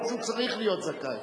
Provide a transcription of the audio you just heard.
יכול להיות שהוא צריך להיות זכאי,